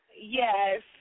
Yes